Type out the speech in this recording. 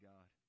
God